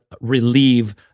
relieve